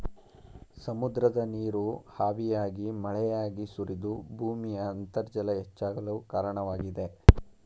ಸಮುದ್ರದ ನೀರು ಹಾವಿಯಾಗಿ ಮಳೆಯಾಗಿ ಸುರಿದು ಭೂಮಿಯ ಅಂತರ್ಜಲ ಹೆಚ್ಚಾಗಲು ಕಾರಣವಾಗಿದೆ